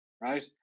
right